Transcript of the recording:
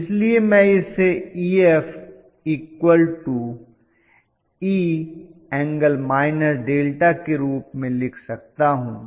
इसलिए मैं इसे EfE∠ के रूप में लिख सकता हूं